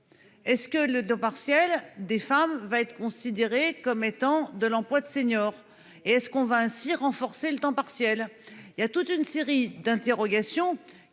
Est ce que le dos partielle des femmes va être considéré comme étant de l'emploi de seniors. Et est-ce qu'on va ainsi renforcer le temps partiel. Il y a toute une série d'interrogations